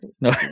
No